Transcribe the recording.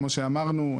כמו שאמרנו,